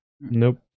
Nope